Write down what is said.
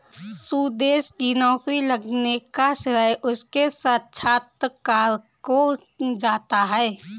सुदेश की नौकरी लगने का श्रेय उसके साक्षात्कार को जाता है